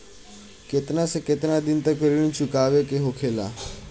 केतना से केतना दिन तक ऋण चुकावे के होखेला?